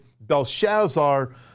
Belshazzar